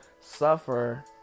suffer